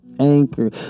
Anchor